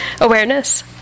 awareness